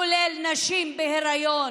כולל נשים בהיריון.